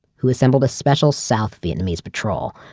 who assembled a special south vietnamese patrol,